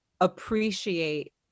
appreciate